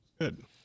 Good